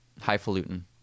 Highfalutin